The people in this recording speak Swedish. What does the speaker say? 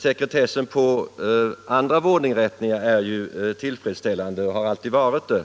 Sekretessen på våra vårdinrättningar är ju tillfredsställande och har alltid varit det.